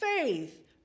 faith